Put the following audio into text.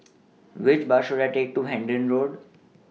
Which Bus should I Take to Hendon Road